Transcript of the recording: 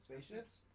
spaceships